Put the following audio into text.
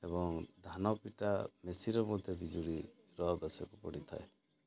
ଏବଂ ଧାନ ପିଟା ମେସିନ୍ରେ ମଧ୍ୟ ବିଜୁଳିର ଆବଶ୍ୟକ ପଡ଼ିଥାଏ